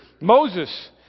Moses